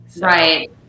Right